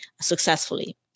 successfully